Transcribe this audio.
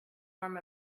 form